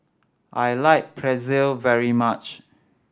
I like Pretzel very much